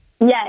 Yes